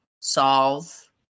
solve